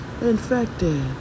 infected